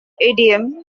idiom